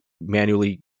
manually